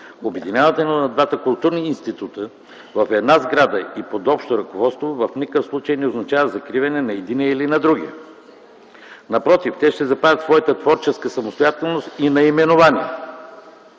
Обединяването на двата културни института в една сграда и под общо ръководство в никакъв случай не означава закриването на единия или на другия. Напротив, те ще запазят своята творческа самостоятелност и наименование,